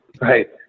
right